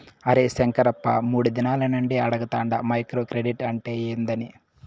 అరే శంకరప్ప, మూడు దినాల నుండి అడగతాండ మైక్రో క్రెడిట్ అంటే ఏందని